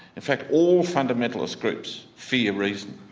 in fact all fundamentalist groups fear reason,